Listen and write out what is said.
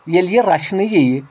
ییٚلہِ یہِ رچھنہٕ ییہِ